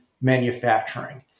manufacturing